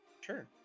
Sure